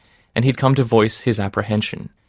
and he'd come to voice his apprehension.